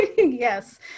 Yes